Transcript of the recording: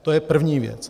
To je první věc.